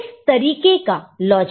यह किस तरीके का लॉजिक है